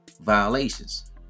violations